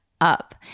up